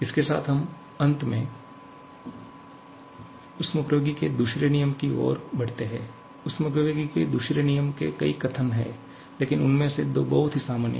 इसके साथ हम अंत में ऊष्मप्रवैगिकी के दूसरे नियम की ओर बढ़ते हैं ऊष्मागतिकी के दूसरे नियम के कई कथन हैं लेकिन उनमें से दो बहुत ही सामान्य हैं